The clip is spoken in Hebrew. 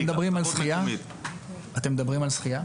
אתם מדברים על שחייה?